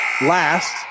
last